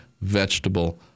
vegetable